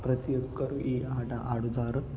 ప్రతి ఒక్కరు ఈ ఆట ఆడతారు